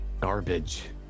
Garbage